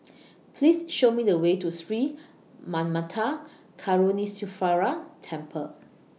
Please Show Me The Way to Sri Manmatha Karuneshvarar Temple